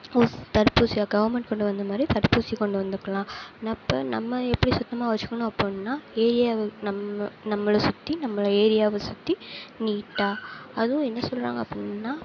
தடுப்பூசியை கவுர்மெண்ட் கொண்டு வந்த மாதிரி தடுப்பூசியை கொண்டு வந்திருக்கலாம் நம்ம எப்படி சுத்தமாக வெச்சுக்கணும் அப்பிடின்னா ஏரியாவை நம்ம நம்மளை சுற்றி நம்ம ஏரியாவை சுற்றி நீட்டாக அதுவும் என்ன சொல்கிறாங்க அப்பிடின்னா